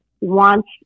wants